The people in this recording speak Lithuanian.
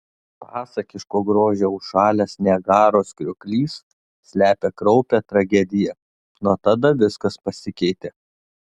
pasakiško grožio užšalęs niagaros krioklys slepia kraupią tragediją nuo tada viskas pasikeitė